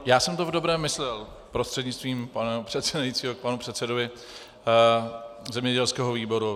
Já jsem to v dobrém myslel, prostřednictvím pana předsedajícího k panu předsedovi zemědělského výboru.